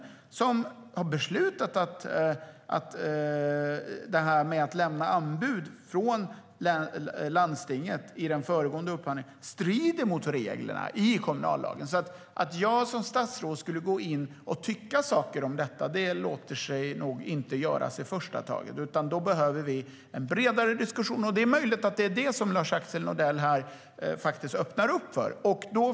Den har beslutat att det strider mot reglerna i kommunallagen att lämna anbud från landstinget i den föregående upphandlingen. Att jag som statsråd skulle gå in och tycka saker om detta låter sig nog inte göras i första taget. Då behöver vi en bredare diskussion. Det är möjligt att det är vad Lars-Axel Nordell här öppnar för.